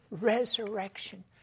resurrection